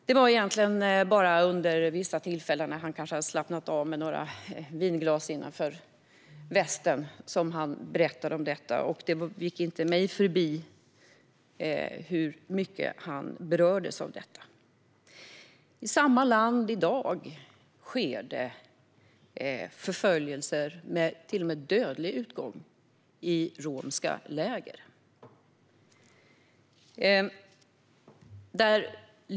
Det var egentligen bara under vissa tillfällen, då han hade slappnat av och kanske hade ett par glas vin innanför västen, som han berättade om det här. Det gick inte mig förbi hur mycket han berördes av detta. I samma land sker i dag förföljelser, till och med med dödlig utgång, i romska läger.